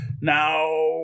Now